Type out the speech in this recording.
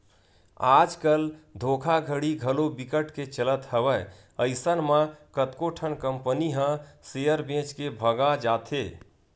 आज कल धोखाघड़ी घलो बिकट के चलत हवय अइसन म कतको ठन कंपनी ह सेयर बेच के भगा जाथे